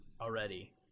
already